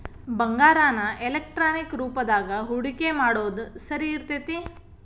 ಬಂಗಾರಾನ ಎಲೆಕ್ಟ್ರಾನಿಕ್ ರೂಪದಾಗ ಹೂಡಿಕಿ ಮಾಡೊದ್ ಸರಿ ಇರ್ತೆತಿ